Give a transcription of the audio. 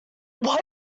what